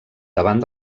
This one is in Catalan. davant